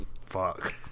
fuck